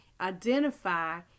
identify